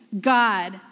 God